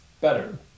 Better